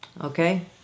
okay